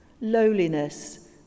lowliness